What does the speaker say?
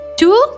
two